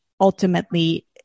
ultimately